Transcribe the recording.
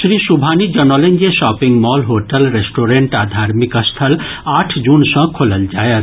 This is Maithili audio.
श्री सुभनी जनौलनि जे शॉपिंग मॉल होटल रेस्टोरेंट आ धार्मिक स्थल आठ जून सॅ खोलल जायत